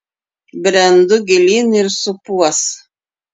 brendu gilyn ir supuos